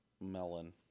melon